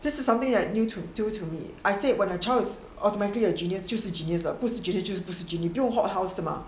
this is something that due to due to 你 I said when a child is automatically a genius 就是 genius 了不是 genius 就是不是 genius 你不用 hot house 的吗